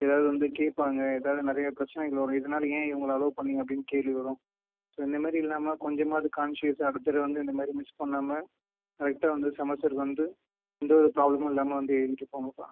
எதாவது வந்து கேட்பாங்க எதாவது நிறைய பிரச்சனைகள் வரும் இதனால் ஏன் இவங்களை அலோவ் பண்ணீங்க அப்படின்னு கேள்வி வரும் ஸோ இத்தமாதிரி இல்லாமல் கொஞ்சமாவது கான்ஷியஸாக அடுத்த தடவை வந்து இந்த மாதிரி மிஸ் பண்ணாமல் கரெக்டாக வந்து செமஸ்டருக்கு வந்து எந்த வித பிராபலமும் இல்லாமல் வந்து எழுதிவிட்டு போங்கப்பா